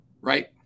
Right